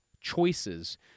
choices